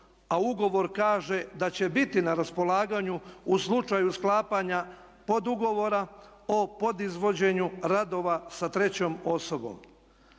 a ugovor kaže da će biti na raspolaganju u slučaju sklapanja podugovora o podizvođenju radova sa trećom osobom.